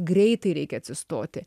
greitai reikia atsistoti